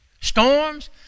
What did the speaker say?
storms